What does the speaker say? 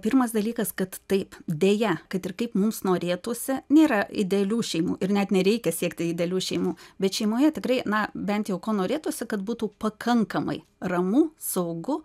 pirmas dalykas kad taip deja kad ir kaip mums norėtųsi nėra idealių šeimų ir net nereikia siekti idealių šeimų bet šeimoje tikrai na bent jau ko norėtųsi kad būtų pakankamai ramu saugu